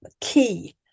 key